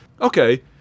Okay